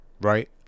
right